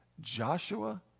Joshua